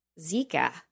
Zika